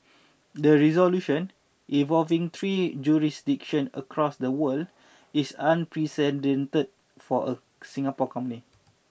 the resolution involving three jurisdictions across the world is unprecedented for a Singapore company